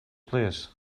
plîs